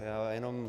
Já jenom...